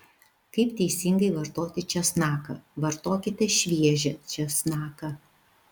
kaip teisingai vartoti česnaką vartokite šviežią česnaką